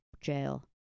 jail